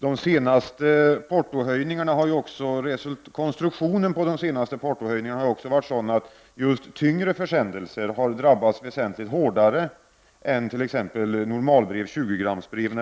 Konstruktionen av de senaste portohöjningarna har också varit sådan att just tyngre försändelser har drabbats väsentligt hårdare än normala 20-gramsbrev.